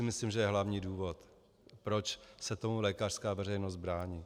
Myslím, že to je hlavní důvod, proč se tomu lékařská veřejnost brání.